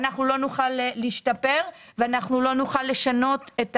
אנחנו לא נוכל להשתפר ואנחנו לא נוכל לשנות את